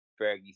Fergie